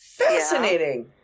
Fascinating